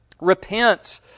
repent